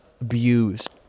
abused